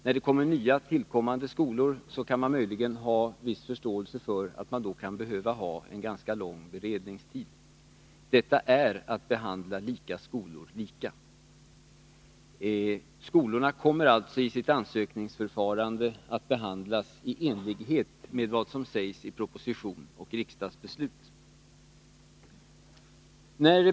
När det blir nya tillkommande skolor kan man möjligen ha viss förståelse för att det kan behövas en ganska lång beredningstid. Detta är att behandla lika skolor lika. Skolorna kommer alltså i sitt ansökningsförfarande att behandlas i enlighet med vad som sägs i proposition och riksdagsbeslut.